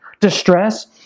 distress